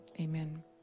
Amen